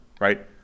right